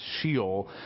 Sheol